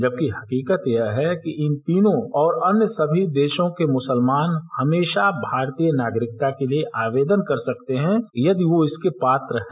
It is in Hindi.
जबकि हकीकत यह है कि इन तीनों और अन्य सभी देशों के मुसलमान हमेशा भारतीय नागरिकता के लिए आवेदन कर सकते हैं यदि वो इसके पात्र हैं